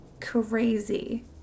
crazy